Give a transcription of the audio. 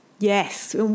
Yes